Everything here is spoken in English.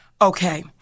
Okay